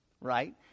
Right